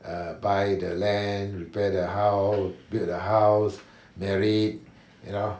err buy the land repair the house build the house married you know